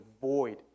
void